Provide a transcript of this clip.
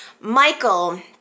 Michael